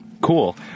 cool